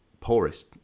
poorest